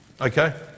Okay